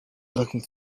looking